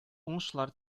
уңышлар